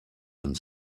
and